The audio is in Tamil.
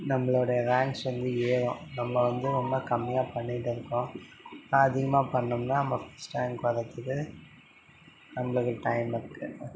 நம்மளோடய லேன்ச் வந்து ஏறும் நம்ம வந்து ரொம்ப கம்மியாக பண்ணிகிட்டுருக்கோம் அதிகமாக பண்ணோம்னா நம்ம ஃபர்ஸ்ட் ரேங்க் வர்றதுக்கு நம்மளுக்கு டைம் இருக்கு